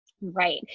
Right